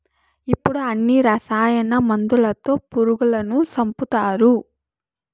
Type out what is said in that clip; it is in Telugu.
ఇప్పుడు అన్ని రసాయన మందులతో పురుగులను సంపుతారు